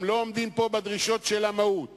לא עומדים פה בדרישות המהות